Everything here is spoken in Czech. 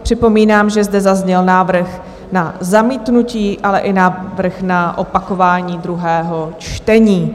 Připomínám, že zde zazněl návrh na zamítnutí, ale i návrh na opakování druhého čtení.